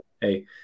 hey